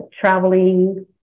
traveling